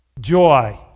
joy